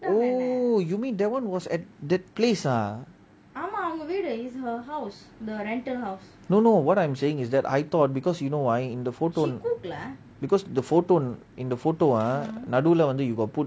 oh you mean that [one] was at that place ah no no what I'm saying is that I thought because you know why in the photo because the photo in the photo ah நடுல வந்து:nadula vanthu you got put